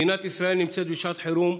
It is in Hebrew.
מדינת ישראל נמצאת בשעת חירום,